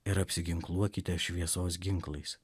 ir apsiginkluokite šviesos ginklais